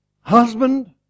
Husband